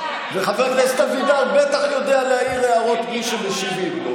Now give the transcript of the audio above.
וחבר הכנסת אבידר בטח יודע להעיר הערות בלי שמשיבים לו,